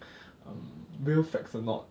um real facts or not